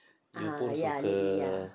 you pun suka